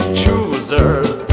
choosers